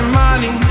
money